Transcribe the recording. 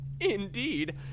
Indeed